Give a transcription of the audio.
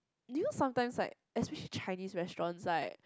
do you sometimes like especially Chinese restaurants like